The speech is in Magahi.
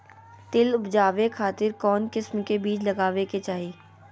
तिल उबजाबे खातिर कौन किस्म के बीज लगावे के चाही?